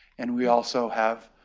and we also have